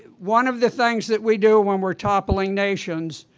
one of the things that we do when we're toppling nations,